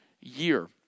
year